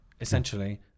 essentially